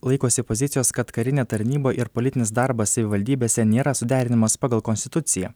laikosi pozicijos kad karinė tarnyba ir politinis darbas savivaldybėse nėra suderinamas pagal konstituciją